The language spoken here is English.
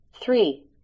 Three